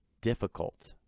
difficult